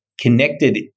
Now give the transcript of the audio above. connected